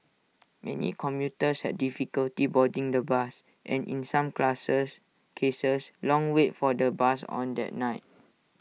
many commuters had difficulty boarding the bus and in some classes cases long wait for the bus on that night